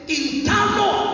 internal